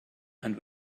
and